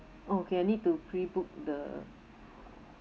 okay I need to prebook the